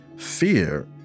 fear